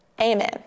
amen